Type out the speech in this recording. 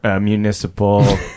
municipal